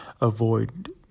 avoid